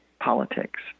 politics